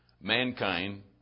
mankind